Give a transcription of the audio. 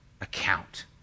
account